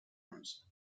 rooms